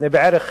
בערך